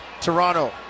Toronto